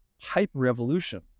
hyper-evolution